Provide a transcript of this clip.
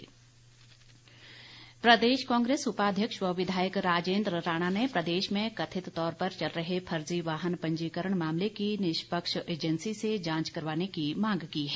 राजेन्द्र राणा प्रदेश कांग्रेस उपाध्यक्ष व विधायक राजेन्द्र राणा ने प्रदेश में कथित तौर पर चल रहे फर्जी वाहन पंजीकरण मामले की निष्पक्ष एजेंसी से जांच करवाने की मांग की है